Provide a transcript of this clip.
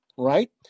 right